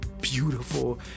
beautiful